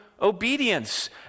obedience